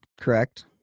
correct